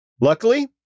Luckily